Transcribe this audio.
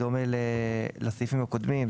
בדומה לסעיפים הקודמים,